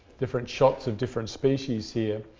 different shots of different species here,